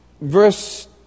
Verse